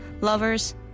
Lovers